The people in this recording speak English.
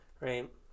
Right